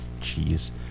cheese